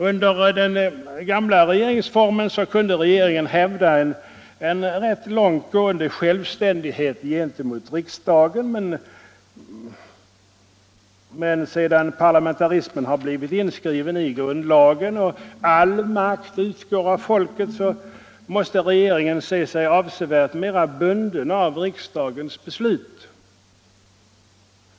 Under den gamla regeringsformens tid kunde regeringen hävda en rätt långtgående självständighet gentemot riksdagen, men sedan parlamentarismen har blivit inskriven i grundlagen och all makt utgår av folket måste regeringen se sig avsevärt mera bunden av riksdagens beslut.